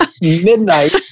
midnight